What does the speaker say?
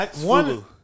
One